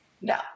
No